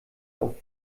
auf